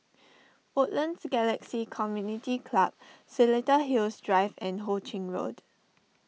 Woodlands Galaxy Community Club Seletar Hills Drive and Ho Ching Road